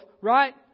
right